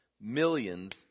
millions